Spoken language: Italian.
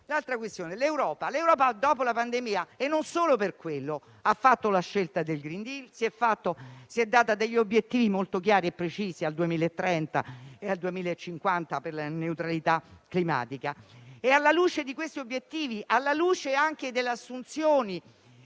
l'Europa dopo la pandemia - e non solo per quella - ha fatto la scelta del *green deal*, si è data obiettivi molto chiari e precisi al 2030 e al 2050 per la neutralità climatica e, alla luce di questi e anche delle assunzioni